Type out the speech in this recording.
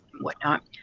whatnot